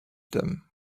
them